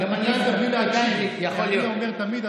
אתה תיקנת, אז טוב עשית.